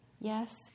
Yes